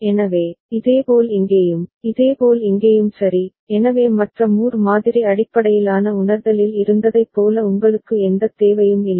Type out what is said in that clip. எனவே இதேபோல் இங்கேயும் இதேபோல் இங்கேயும் சரி எனவே மற்ற மூர் மாதிரி அடிப்படையிலான உணர்தலில் இருந்ததைப் போல உங்களுக்கு எந்தத் தேவையும் இல்லை